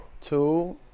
two